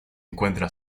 encuentra